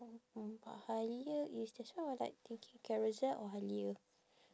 mmhmm but Halia is that's why I was like thinking Carousel or Halia